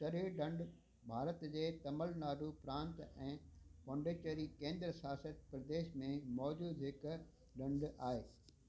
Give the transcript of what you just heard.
औस्टेरी दंॾ भारत जे तमिलनाडु प्रांत ऐं पोंडीचेरी केंद्रशासित प्रदेश में मौजूदु हिकु दंॾु आहे